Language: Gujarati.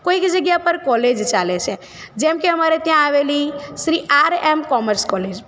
કોઈક જગ્યા પર કોલેજ ચાલે છે જેમ કે અમારે ત્યાં આવેલી Shri R M commerce college